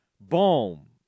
Boom